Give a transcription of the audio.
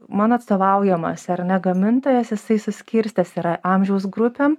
mano atstovaujamas ar ne gamintojas jisai suskirstęs yra amžiaus grupėm